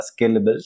scalable